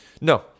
No